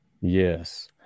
Yes